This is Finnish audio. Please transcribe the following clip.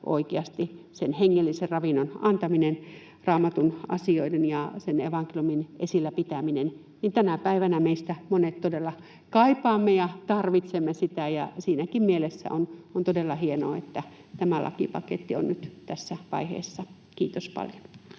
oikeasti on sen hengellisen ravinnon antaminen, Raamatun asioiden ja sen evankeliumin esillä pitäminen. Tänä päivänä meistä monet todella kaipaamme ja tarvitsemme sitä, ja siinäkin mielessä on todella hienoa, että tämä lakipaketti on nyt tässä vaiheessa. — Kiitos paljon.